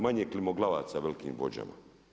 Manje klimoglavaca velikim vođama.